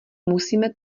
musíme